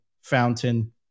Fountain